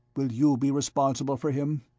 will you be responsible for him?